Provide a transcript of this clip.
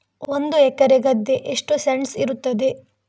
ಒಂದು ಎಕರೆ ಗದ್ದೆ ಎಷ್ಟು ಸೆಂಟ್ಸ್ ಇರುತ್ತದೆ?